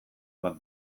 bat